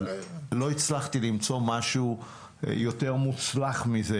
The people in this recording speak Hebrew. לא הצלחתי למצוא משהו יותר מוצלח מזה